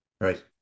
Right